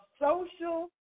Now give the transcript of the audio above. social